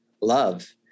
love